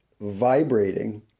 vibrating